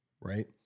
right